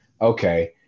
okay